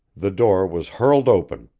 the door was hurled open.